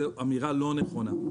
זו אמירה לא נכונה.